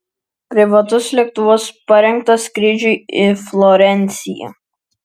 privatus lėktuvas parengtas skrydžiui į florenciją